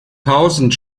tausend